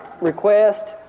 request